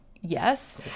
yes